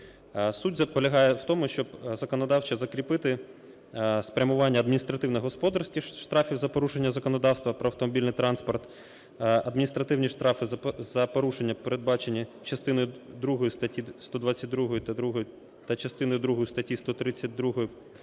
Суть полягає в тому, щоб законодавчо закріпити спрямування адміністративно-господарських штрафів за порушення законодавства про автомобільний транспорт, адміністративні штрафи за порушення передбачені частиною другою статті 122 та частиною другою статті 131